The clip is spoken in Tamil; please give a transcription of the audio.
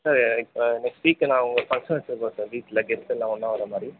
சார் இப்போ நெக்ஸ்ட் வீக்கு நான் ஒரு ஃபங்க்ஷன் வச்சுருக்கோம் சார் வீட்டில் கெஸ்ட்டெல்லாம் ஒன்றா வர மாதிரி